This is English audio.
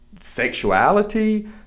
sexuality